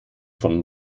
von